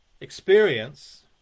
experience